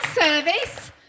service